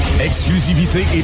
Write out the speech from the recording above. exclusivité